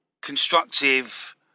constructive